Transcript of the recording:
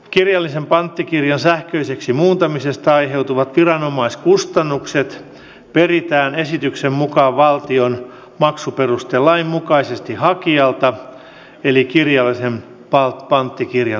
kirjallisen panttikirjan sähköiseksi muuntamisesta aiheutuvat viranomaiskustannukset peritään esityksen mukaan valtion maksuperustelain mukaisesti hakijalta eli kirjallisen panttikirjan haltijalta